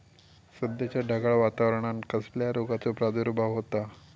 सध्याच्या ढगाळ वातावरणान कसल्या रोगाचो प्रादुर्भाव होता?